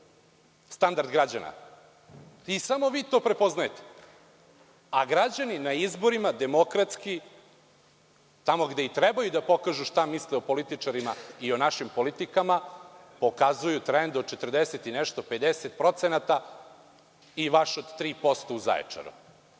standard građana. Samo vi to prepoznajte. Građani na izborima demokratski, tamo gde i treba da pokažu šta misle o političarima i o našim politikama, pokazuju trend od 40 i nešto, 50% i vaš od 3% u Zaječaru.